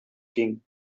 king